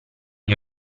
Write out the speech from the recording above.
gli